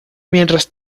mientras